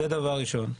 זה דבר ראשון.